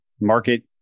market